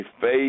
faith